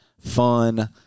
Fun